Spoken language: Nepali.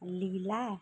लिला